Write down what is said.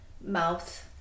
mouth